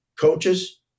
coaches